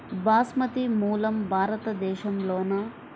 బాస్మతి మూలం భారతదేశంలోనా?